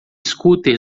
scooter